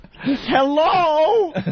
Hello